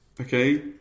okay